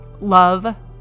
Love